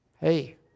hey